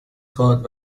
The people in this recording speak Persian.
خواد